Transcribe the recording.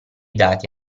dati